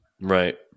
Right